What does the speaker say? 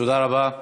תודה רבה.